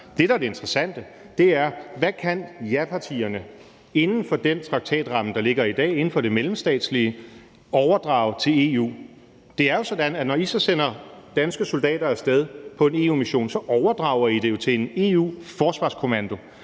Det, der er det interessante, er, hvad japartierne inden for den traktatramme, der ligger i dag, altså inden for det mellemstatslige, kan overdrage til EU. Det er jo sådan, at når I sender danske soldater af sted på en EU-mission, overdrager I det til en EU-forsvarskommando,